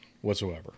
Whatsoever